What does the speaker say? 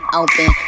open